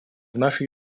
нашей